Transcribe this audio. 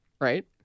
Right